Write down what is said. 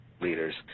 Leaders